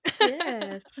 Yes